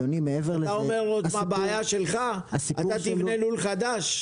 אתה אומר: זאת בעיה שלך, אתה תבנה לול חדש?